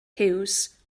huws